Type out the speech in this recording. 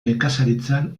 nekazaritzan